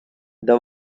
the